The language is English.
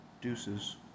deuces